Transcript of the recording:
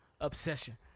obsession